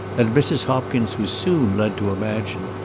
and mrs. hopkins was soon led to imagine,